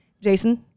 Jason